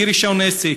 בלי רישיון עסק,